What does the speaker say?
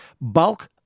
Bulk